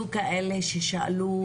היו כאלה ששאלו